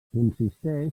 consisteix